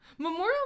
Memorial